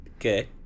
Okay